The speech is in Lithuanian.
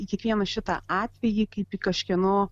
į kiekvieną šitą atvejį kaip į kažkieno